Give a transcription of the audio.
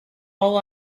all